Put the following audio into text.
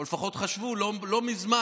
או לפחות חשבו עד לא מזמן,